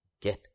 Get